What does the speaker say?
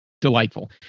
delightful